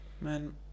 man